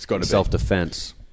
self-defense